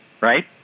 right